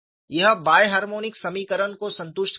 यह biharmonic समीकरण को संतुष्ट करता है